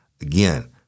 Again